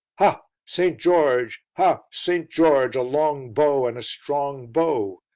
ha! st. george! ha! st. george! a long bow and a strong bow.